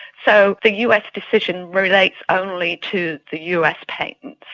so the us decision relates only to the us patents,